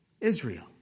Israel